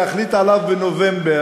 להחליט עליו בנובמבר,